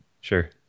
Sure